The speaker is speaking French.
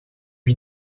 lui